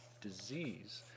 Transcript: disease